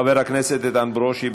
התשע"ו 2016. חבר הכנסת איתן ברושי,